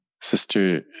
Sister